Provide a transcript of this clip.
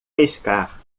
pescar